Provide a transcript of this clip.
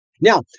Now